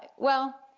well,